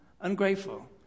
ungrateful